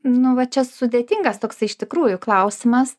nu va čia sudėtingas toksai iš tikrųjų klausimas